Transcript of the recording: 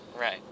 right